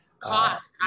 Cost